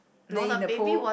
play in the pool